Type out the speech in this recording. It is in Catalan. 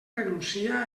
renuncia